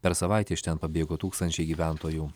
per savaitę iš ten pabėgo tūkstančiai gyventojų